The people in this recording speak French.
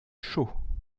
chauds